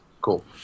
Cool